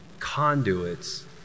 conduits